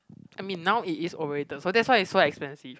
I mean now it is oriented so that's why it's so expensive